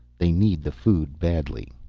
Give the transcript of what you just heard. they need the food badly.